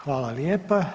Hvala lijepa.